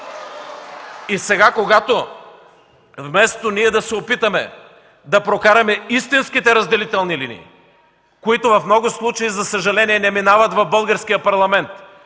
И сега, когато ние се опитваме да прокараме истинските разделителни линии, които в много случаи, за съжаление, не минават в Българския парламент,